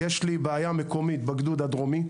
לי בעיה מקומית בגדוד הדרומי,